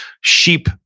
sheep